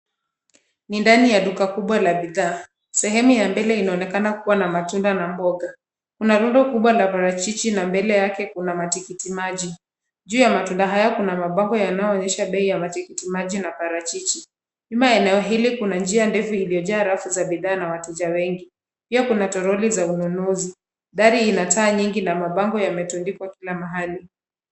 Ni ndani ya duka kubwa la bidhaa. Sehemu ya mbele inaonekana kuwa na matunda na mboga. Kuna rundo kubwa la parachichi na mbele yake kuna matikiti maji. Juu ya matunda haya kuna mabango yanayoonyesha bei ya matikiti maji na parachichi. Nyuma ya eneo hili kuna njia ndefu iliyojaa rafu za bidhaa na wateja wengi. Pia kuna toroli za ununuzi. Dari ina taa nyingi na mabango yametundikwa kila mahali.